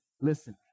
listen